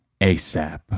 ASAP